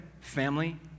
family